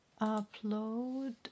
upload